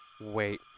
wait